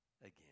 again